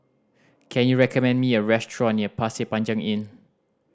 can you recommend me a restaurant near Pasir Panjang Inn